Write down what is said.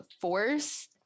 force